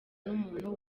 n’umuntu